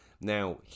Now